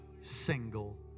single